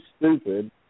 stupid